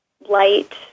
light